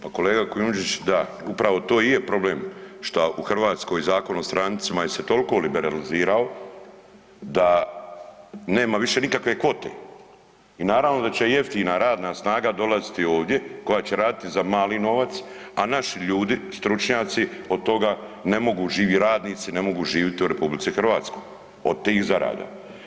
Pa kolega Kujundžić, da upravo to i je problem šta u Hrvatskoj Zakon o strancima je se tolko liberalizirao da nema više nikakve kvote i naravno da će jeftina radna snaga dolaziti ovdje koja će raditi za mali novac, a naši ljudi stručnjaci od toga ne mogu, živi radnici ne mogu živit u RH od tih zarada.